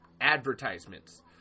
advertisements